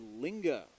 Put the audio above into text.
linger